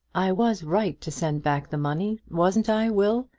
i was right to send back the money wasn't i, will?